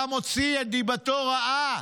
אתה מוציא את דיבתו רעה.